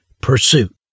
pursuit